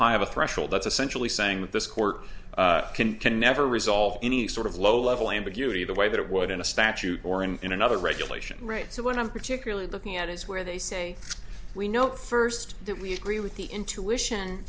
high of a threshold that's essentially saying that this court can can never resolve any sort of low level ambiguity the way that it would in a statute or in in another regulation right so what i'm particularly looking at is where they say we know first that we agree with the intuition